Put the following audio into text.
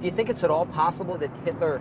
you think it's at all possible that hitler